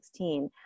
2016